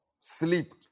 Sleep